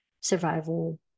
survival